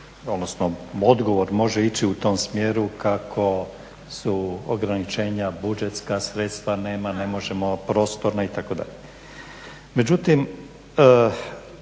odnosno odgovor može ići u tom smjeru kako su ograničenja, budžetska sredstva nema, ne možemo prostorna itd.